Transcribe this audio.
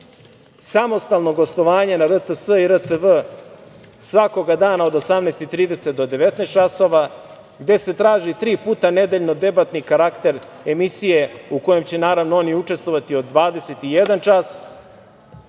samostalno gostovanje na RTS i RTV svakog dana od 18.30 do 19.00 časova, gde se traži tri puta nedeljno debatni karakter emisije u kojem će naravno oni učestvovati od 21.00